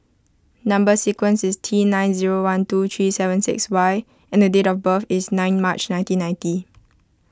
Number Sequence is T nine zero one two three seven six Y and date of birth is nine March nineteen ninety